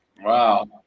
Wow